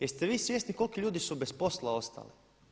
Jeste vi svjesni koliki ljudi su bez posla ostali?